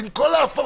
עם כל ההפרות,